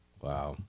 Wow